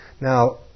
Now